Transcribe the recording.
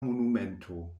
monumento